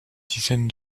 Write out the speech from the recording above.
dizaine